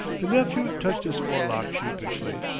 the nephew touched his forelock sheepishly.